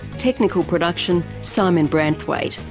technical production simon branthwaite,